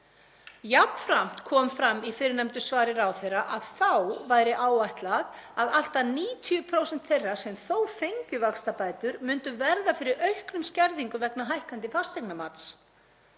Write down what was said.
Jafnframt kom fram í fyrrnefndu svari ráðherra að þá væri áætlað að allt að 90% þeirra sem þó fengju vaxtabætur myndu verða fyrir auknum skerðingum vegna hækkandi fasteignamats.